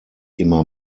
immer